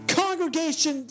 congregation